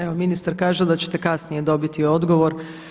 Evo ministar kaže da ćete kasnije dobiti odgovor.